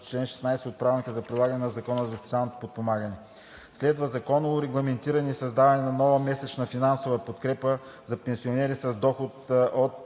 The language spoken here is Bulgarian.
чл. 16 от Правилника за прилагане на Закона за социалното подпомагане. 4. Законово регламентиране и създаване на нова месечна финансова подкрепа за пенсионери с доход от